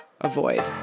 avoid